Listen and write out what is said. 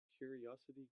curiosity